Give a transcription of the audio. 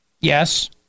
yes